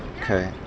Okay